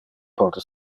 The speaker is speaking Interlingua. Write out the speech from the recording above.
pote